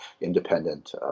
independent